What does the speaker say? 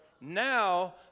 now